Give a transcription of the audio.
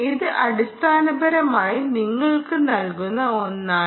ഇത് അടിസ്ഥാനപരമായി നിങ്ങൾക്ക് നൽകുന്ന ഒന്നാണ്